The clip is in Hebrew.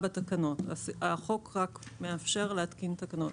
בתוך החוק זה לא מפורט,